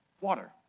water